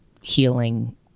healing